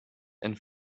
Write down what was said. and